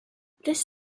this